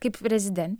kaip rezidentė